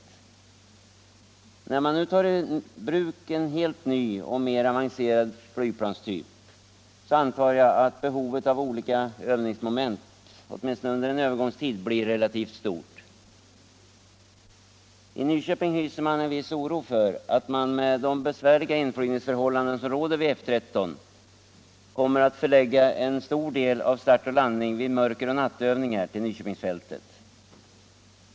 Men när man tar i bruk en helt ny och mer avancerad flygplanstyp antar jag att behovet av olika övningsmoment åtminstone under en övergångstid blir relativt stort. Och i Nyköping finns det en viss oro för att man, med de besvärliga inflygningsförhållanden som råder vid F 13, kommer att förlägga en stor del av start och landning vid mörker och nattövningar till Nyköpingsfältet.